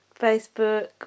Facebook